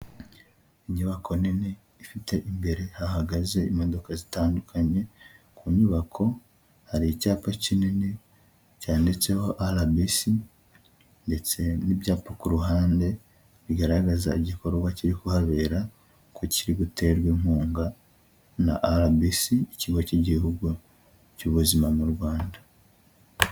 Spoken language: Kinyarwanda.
Inyubako nini ifite imbere hahagaze imodoka zitandukanye, ku nyubako hari icyapa kinini cyanditseho RBC ndetse n'ibyapa ku ruhande bigaragaza igikorwa kiri kuhabera ko kiri guterwa inkunga na RBC ikigo cy'igihugu cy'ubuzima mu Rwanda.